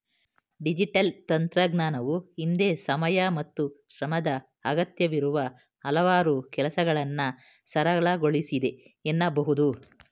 digital ತಂತ್ರಜ್ಞಾನವು ಹಿಂದೆ ಸಮಯ ಮತ್ತು ಶ್ರಮದ ಅಗತ್ಯವಿರುವ ಹಲವಾರು ಕೆಲಸಗಳನ್ನ ಸರಳಗೊಳಿಸಿದೆ ಎನ್ನಬಹುದು